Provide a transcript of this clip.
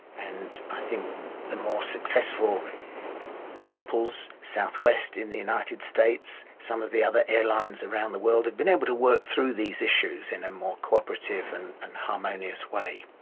and i think the more successful examples southwest in the united states, some of the other airlines around the world have been able to work through these issues in a more cooperative and and harmonious way.